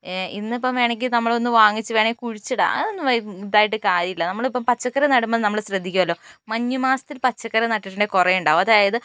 ഇന്നിപ്പം വേണമെങ്കിൽ നമ്മളൊന്ന് വാങ്ങിച്ച് വേണമെങ്കിൽ കുഴിച്ചിടാം അതൊന്നും ഇതായിട്ട് കാര്യമില്ല നമ്മളിപ്പോൾ പച്ചക്കറി നടുമ്പം നമ്മൾ ശ്രദ്ധിക്കുമല്ലോ മഞ്ഞുമാസത്തിൽ പച്ചക്കറി നട്ടിട്ടുണ്ടെങ്കിൽ കുറേ ഉണ്ടാകും അതായത്